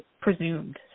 presumed